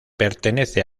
pertenece